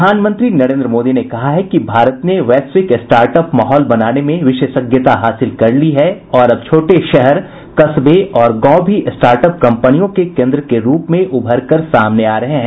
प्रधानमंत्री नरेन्द्र मोदी ने कहा है कि भारत ने वैश्विक स्टार्ट अप माहौल बनाने में विशेषज्ञता हासिल कर ली है और अब छोटे शहर कस्बे और गांव भी स्टार्ट अप कंपनियों के केन्द्र के रूप में उभरकर सामने आ रहे हैं